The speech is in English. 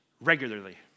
regularly